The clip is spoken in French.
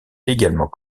également